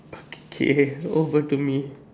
okay over to me